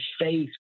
faith